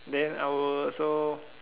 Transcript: then I will also